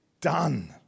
done